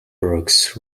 brooks